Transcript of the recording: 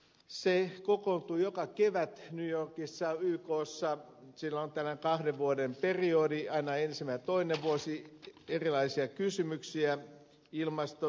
se kokoontuu joka kevät new yorkissa ykssa sillä on tällainen kahden vuoden periodi aina ensimmäinen ja toinen vuosi erilaisia kysymyksiä ilmasto väestökysymyksiä